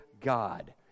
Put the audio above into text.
God